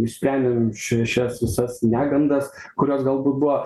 išsprendėm š šias visas negandas kurios galbūt buvo